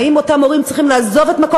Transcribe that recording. האם אותם הורים צריכים לעזוב את מקום